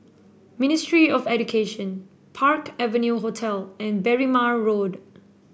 Ministry of Education Park Avenue Hotel and Berrima Road